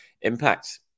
impact